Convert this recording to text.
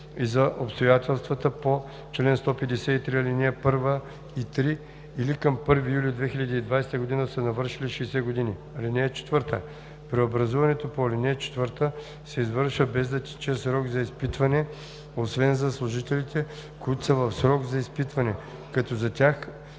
и за обстоятелствата по чл. 153, ал. 1 и 3 или към 1 юли 2020 г. са навършили 60 години. (4) Преобразуването по ал. 1 се извършва, без да тече срок за изпитване, освен за служителите, които са в срок за изпитване, като за тях